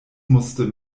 musste